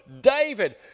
David